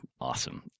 awesome